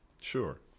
Sure